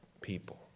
people